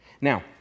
Now